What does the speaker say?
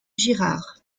girard